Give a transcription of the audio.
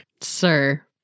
Sir